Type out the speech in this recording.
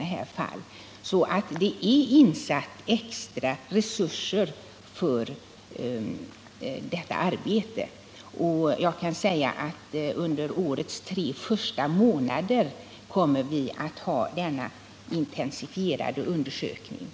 Det är alltså extra resurser insatta för ansvarsnämndens arbete. Vissa försäkringskassor har också intensifierat sina undersökningar för att spåra felaktiga sjukskrivningar.